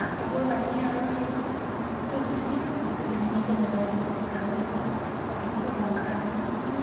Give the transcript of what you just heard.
নাটকৰ বাহিৰে আৰু তেওঁ নৃত্যশিল্পীটোও বহুত ধুনীয়াকৈ বজাই ৰাখিছে কাৰণ তেওঁ প্ৰথমটো সংসাৰখন কিমান